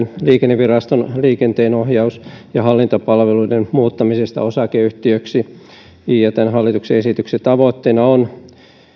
liikenneviraston liikenteenohjaus ja hallintapalveluiden muuttamista osakeyhtiöksi ja tämän hallituksen esityksen tavoitteena on